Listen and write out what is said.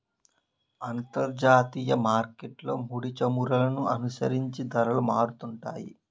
అంతర్జాతీయ మార్కెట్లో ముడిచమురులను అనుసరించి ధరలు మారుతుంటాయి